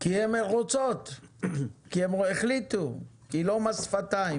כי הן רוצות, כי הן החליטו, זה לא מס שפתיים.